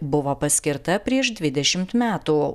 buvo paskirta prieš dvidešimt metų